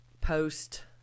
post